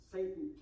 Satan